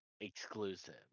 exclusive